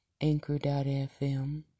Anchor.fm